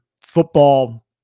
football